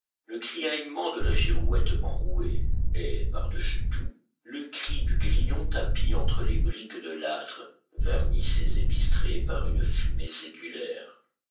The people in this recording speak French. le criaillement de la girouette enrouée et par-dessus tout le cri du grillon tapi entre les briques de l'âtre vernissées et bistrées par une fumée séculaire